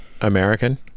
American